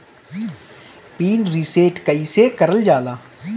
Pin reset कईसे करल जाला?